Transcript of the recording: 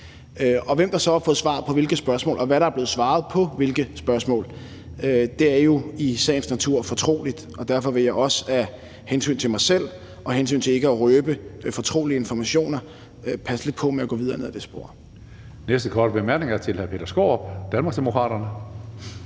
Og hvem der så har fået svar på hvilke spørgsmål – og hvad der er blevet svaret på hvilke spørgsmål – er jo i sagens natur fortroligt, og derfor vil jeg også af hensyn til mig selv og for ikke at røbe fortrolige informationer passe lidt på med at gå videre ned ad det spor. Kl. 17:16 Tredje næstformand (Karsten Hønge): Den næste korte